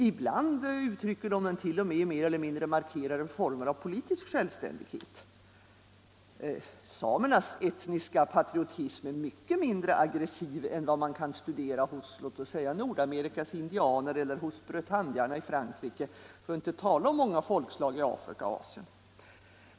Ibland uttrycker de den t.o.m. i mer eller mindre markerade former av politisk självständighet. Samernas etniska patriotism är mycket mindre aggressiv än vad man kan studera hos Nordamerikas indianer eller hos bretagnarna i Frankrike, för att inte tala om många folkslag i Afrika och Asien.